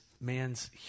man's